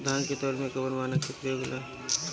धान के तौल में कवन मानक के प्रयोग हो ला?